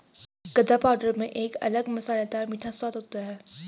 गदा पाउडर में एक अलग मसालेदार मीठा स्वाद होता है